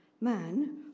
Man